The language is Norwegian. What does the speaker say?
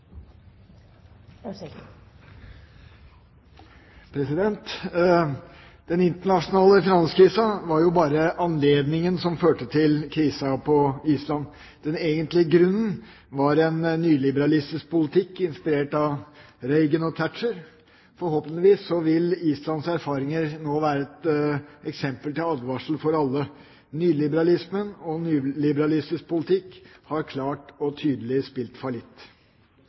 Den internasjonale finanskrisen var bare anledningen som førte til krisen på Island. Den egentlige grunnen var en nyliberalistisk politikk inspirert av Reagan og Thatcher. Forhåpentligvis vil Islands erfaringer nå være et eksempel til advarsel for alle. Nyliberalismen og nyliberalistisk politikk har klart og tydelig spilt